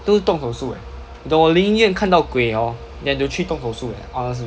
都是动手术你懂我令原看到鬼 hor then to 去动手术 leh honestly